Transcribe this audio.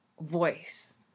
voice